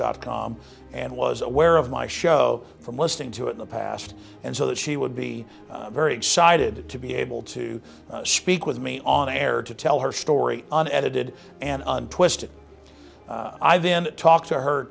dot com and was aware of my show from listening to in the past and so that she would be very excited to be able to speak with me on air to tell her story on edited and twisted i then talked to her